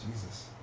Jesus